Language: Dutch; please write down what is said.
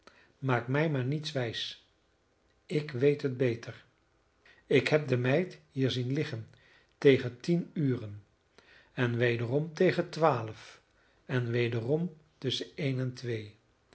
maak mij maar niets wijs ik weet het beter ik heb de meid hier zien liggen tegen tien uren en wederom tegen twaalf en wederom tusschen een en twee